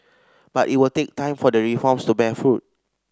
but it will take time for the reforms to bear fruit